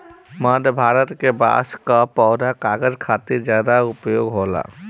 मध्य भारत के बांस कअ पौधा कागज खातिर ज्यादा उपयोग होला